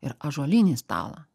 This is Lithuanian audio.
ir ąžuolinį stalą